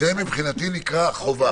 זה מבחינתי נקרא חובה.